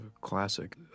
classic